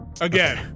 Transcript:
again